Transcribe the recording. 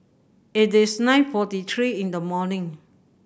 it is nine forty three in the morning